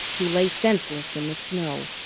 who lay senseless in the snow.